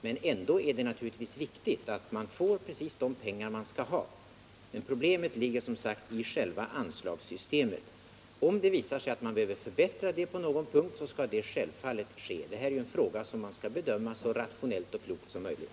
Men ändå är det naturligtvis viktigt att man får precis de pengar man skall ha. Problemet ligger som sagt i själva anslagssystemet. Om det visar sig att man behöver förbättra det på någon punkt, så skall det självfallet ske. Det här är ju en fråga som man skall bedöma så rationellt och klokt som möjligt.